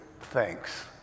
thanks